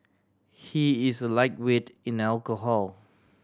he is a lightweight in alcohol